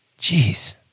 Jeez